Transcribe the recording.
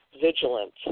vigilant